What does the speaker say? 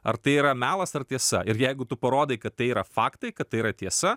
ar tai yra melas ar tiesa ir jeigu tu parodai kad tai yra faktai kad tai yra tiesa